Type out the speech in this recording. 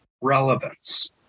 relevance